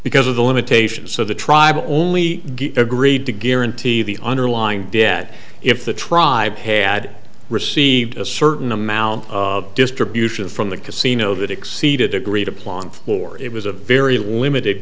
because of the limitations of the tribe only agreed to guarantee the underlying debt if the tribe had received a certain amount of distribution from the casino that exceeded the agreed upon floor it was a very limited